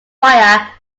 fire